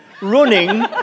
running